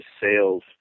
sales